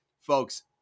folks